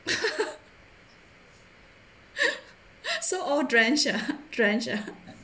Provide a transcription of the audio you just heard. so all drenched ah drenched ah